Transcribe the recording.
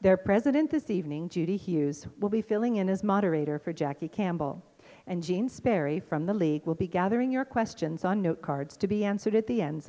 their president this evening judy hughes will be filling in as moderator for jackie campbell and gene sperry from the league will be gathering your questions on note cards to be answered at the ends